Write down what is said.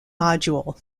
module